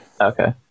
okay